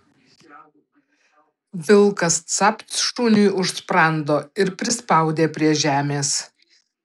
vilkas capt šuniui už sprando ir prispaudė prie žemės